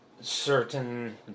certain